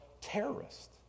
terrorist